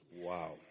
Wow